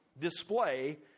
display